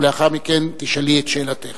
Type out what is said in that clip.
ולאחר מכן תשאלי את שאלתך.